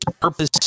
purpose